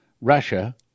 Russia